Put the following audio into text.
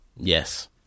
Yes